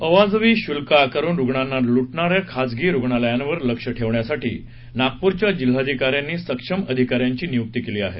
अवाजवी शुल्क आकारून रुग्णांना लुटणाऱ्या खासगी रुग्णालयांवर लक्ष ठेवण्यासाठी नागपूरच्या जिल्हाधीकाऱ्यांनी सक्षम अधिकाऱ्यांची नियुक्ती केली आहे